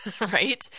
right